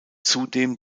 zudem